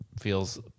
feels